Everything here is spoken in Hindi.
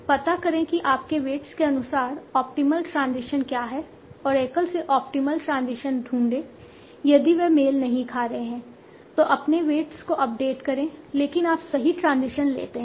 पता करें कि आपके वेट्स के अनुसार ऑप्टिमल ट्रांजिशन क्या है ओरेकल से ऑप्टिमल ट्रांजिशन ढूंढें यदि वे मेल नहीं खा रहे हैं तो अपने वेट्स को अपडेट करें लेकिन आप सही ट्रांजिशन लेते हैं